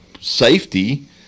safety